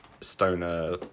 Stoner